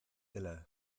uile